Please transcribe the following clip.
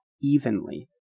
evenly